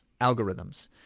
algorithms